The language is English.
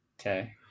Okay